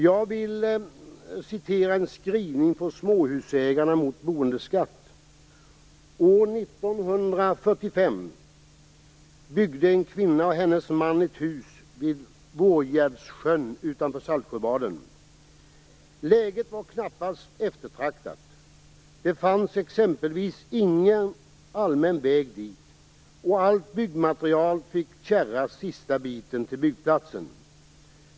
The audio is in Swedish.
Jag skall återge något ur en skrivning från Småhusägare mot boendeskatt: År 1945 byggde en kvinna och hennes man ett hus vid Vårgärdssjön utanför Saltsjöbaden. Läget var knappast eftertraktat. Det fanns exempelvis ingen allmän väg dit, och allt byggmaterial fick kärras sista biten till byggplatsen.